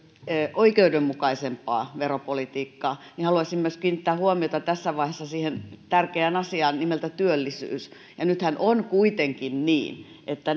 oikeudenmukaisempaa veropolitiikkaa haluaisin myös kiinnittää huomiota tässä vaiheessa siihen tärkeään asiaan nimeltä työllisyys ja nythän on kuitenkin niin että